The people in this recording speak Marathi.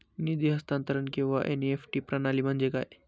निधी हस्तांतरण किंवा एन.ई.एफ.टी प्रणाली म्हणजे काय?